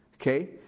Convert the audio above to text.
Okay